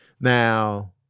Now